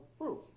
proof